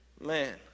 Man